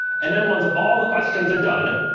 and then once all the questions are done,